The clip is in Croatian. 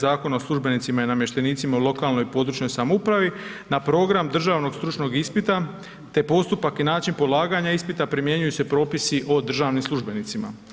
Zakona o službenicima i namještenicima u lokalnoj i područnoj samoupravi na program državnog stručnog ispita, te postupak i način polaganja ispita primjenjuju se propisi o državnim službenicima.